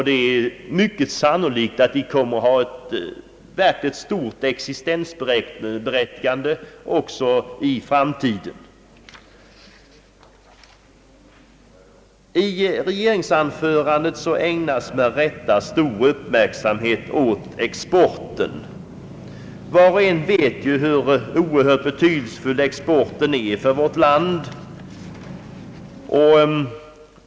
Det är mycket sannolikt att de kommer att ha ett stort existensberättigande också i framtiden. I regeringsdeklarationen ägnas med rätta stor uppmärksamhet åt exporten. Var och en vet hur oerhört betydelsefull exporten är för vårt land.